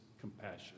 compassion